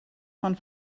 von